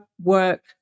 work